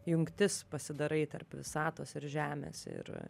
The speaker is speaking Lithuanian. jungtis pasidarai tarp visatos ir žemės ir